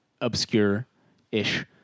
obscure-ish